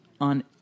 on